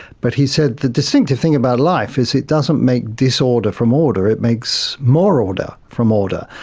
but he said the distinctive thing about life is it doesn't make disorder from order, it makes more order from order.